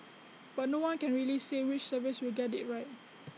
but no one can really say which service will get IT right